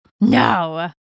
No